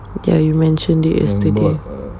ya you mentioned it yesterday